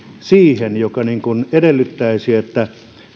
siihen ja edellyttäisi että